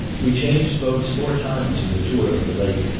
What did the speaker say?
we changed boats four times in the tour of the lake,